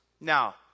Now